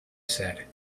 said